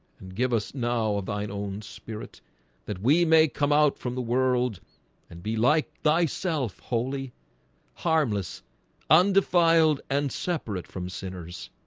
and give us now a vine own spirit that we may come out from the world and be like thyself, holy harmless undefiled and separate from sinners.